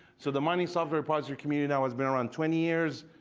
so the mining software repository community now has been around twenty years.